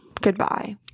Goodbye